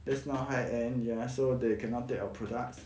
that's not high end ya so they cannot take our products